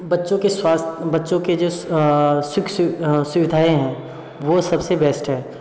बच्चों के स्वास्थ्य बच्चों के जो सुख सुविधाएँ है वो सबसे बेस्ट है